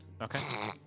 Okay